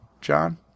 john